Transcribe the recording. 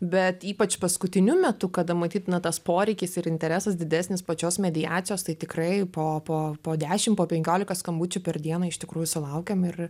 bet ypač paskutiniu metu kada matyt tas poreikis ir interesas didesnis pačios mediacijos tai tikrai po po po dešim po penkiolika skambučių per dieną iš tikrųjų sulaukiam ir